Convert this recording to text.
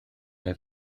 oedd